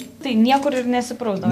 tai niekur ir nesiprausdavo